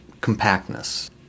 compactness